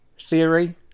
theory